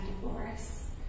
divorce